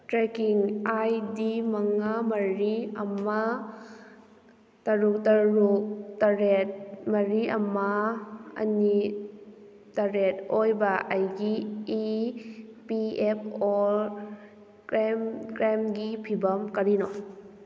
trekking I D ꯃꯉꯥ ꯃꯔꯤ ꯑꯃ ꯇꯔꯨꯛ ꯇꯔꯨꯛ ꯇꯔꯦꯠ ꯃꯔꯤ ꯑꯃ ꯑꯅꯤ ꯇꯔꯦꯠ ꯑꯣꯏꯕ ꯑꯩꯒꯤ E P F O claim ꯀ꯭ꯔꯦꯝꯒꯤ ꯐꯤꯕꯝ ꯀꯔꯤꯅꯣ